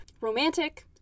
romantic